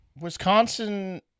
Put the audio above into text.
Wisconsin